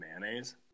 mayonnaise